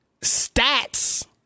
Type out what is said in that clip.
stats